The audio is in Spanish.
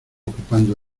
ocupando